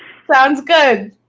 sounds good.